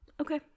Okay